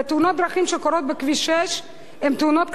ותאונות דרכים שקורות בכביש 6 הן תאונות קטלניות.